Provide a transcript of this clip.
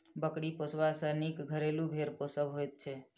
बकरी पोसबा सॅ नीक घरेलू भेंड़ पोसब होइत छै